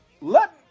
Let